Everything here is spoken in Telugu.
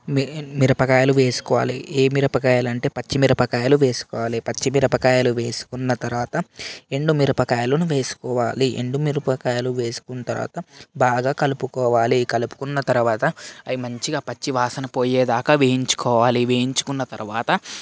మిరపకాయలు వేసుకోవాలి ఏ మిరపకాయలు అంటే పచ్చిమిరపకాయలు వేసుకోవాలి పచ్చిమిరపకాయలు వేసుకున్న తర్వాత ఎండుమిరపకాయలను వేసుకోవాలి ఎండుమిరపకాయలు వేసుకున్న తర్వాత బాగా కలుపుకోవాలి కలుపుకున్న తర్వాత అవి మంచిగా పచ్చివాసన పోయేదాకా వేయించుకోవాలి వేయించుకున్న తర్వాత